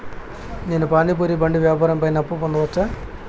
నేను పానీ పూరి బండి వ్యాపారం పైన అప్పు పొందవచ్చా?